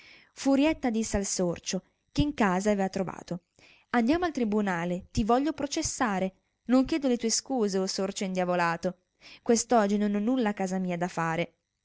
furietta disse al sorcio che in casa avea trovato andiamo al tribunale ti voglio processare non chiedo le tue scuse o sorcio indiavolato quest'oggi non ho nulla a casa mia da fare